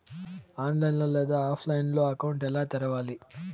online లేదా ఆఫ్లైన్లో account ఎలా తెరవాలి